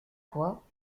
quoi